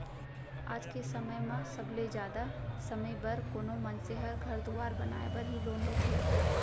आज के समय म सबले जादा समे बर कोनो मनसे ह घर दुवार बनाय बर ही लोन लेथें